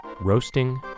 roasting